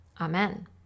Amen